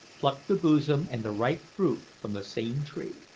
pluck the blossom and the ripe fruit from the same tree.